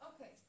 Okay